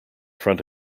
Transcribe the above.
front